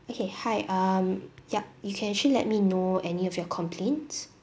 okay hi um yup you can actually let me know any of your complaints